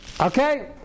Okay